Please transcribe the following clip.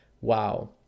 wow